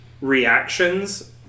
reactions